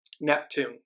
Neptune